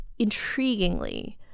intriguingly